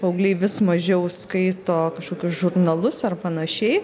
paaugliai vis mažiau skaito kažkokius žurnalus ar panašiai